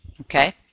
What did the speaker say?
Okay